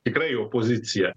tikrai opozicija